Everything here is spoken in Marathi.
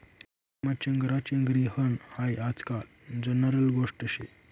गर्दीमा चेंगराचेंगरी व्हनं हायी आजकाल जनरल गोष्ट शे